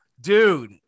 Dude